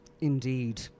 Indeed